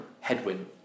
Headwind